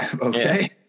okay